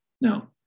Now